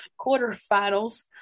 quarterfinals